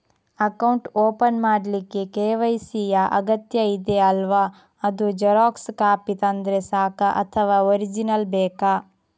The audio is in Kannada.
ಅಕೌಂಟ್ ಓಪನ್ ಮಾಡ್ಲಿಕ್ಕೆ ಕೆ.ವೈ.ಸಿ ಯಾ ಅಗತ್ಯ ಇದೆ ಅಲ್ವ ಅದು ಜೆರಾಕ್ಸ್ ಕಾಪಿ ತಂದ್ರೆ ಸಾಕ ಅಥವಾ ಒರಿಜಿನಲ್ ಬೇಕಾ?